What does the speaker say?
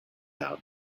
out